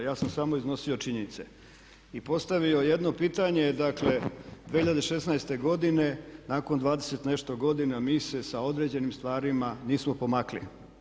Ja sam samo iznosio činjenice i postavio jedno pitanje, dakle 2016. nakon 20 i nešto godina mi se sa određenim stvarima nismo pomakli.